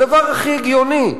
הדבר הכי הגיוני.